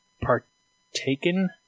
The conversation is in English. partaken